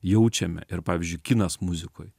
jaučiame ir pavyzdžiui kinas muzikoj